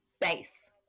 base